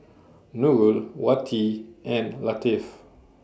Nurul Wati and Latif